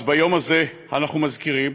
אז ביום הזה אנחנו מזכירים,